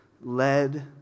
led